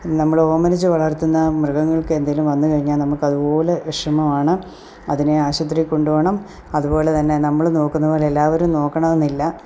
നമ്മൾ ഓമനിച്ചു വളർത്തുന്ന മൃഗങ്ങൾക്ക് എന്തെങ്കിലും വന്നു കഴിഞ്ഞാൽ നമുക്കതുപോലെ വിഷമം ആണ് അതിനെ ആശുപത്രിയിൽ കൊണ്ടു പോകണം അതുപോലെ തന്നെ നമ്മൾ നോക്കുന്നതു പോലെ എല്ലാവരും നോക്കണമെന്നില്ല